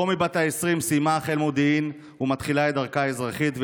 רומי בת ה-20 סיימה חיל מודיעין ומתחילה את דרכה האזרחית,